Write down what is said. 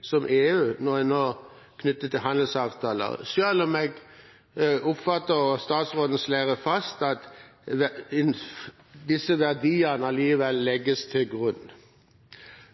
som EU knyttet til handelsavtaler, selv om jeg oppfatter at statsråden slår fast at disse verdiene allikevel legges til grunn.